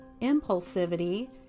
impulsivity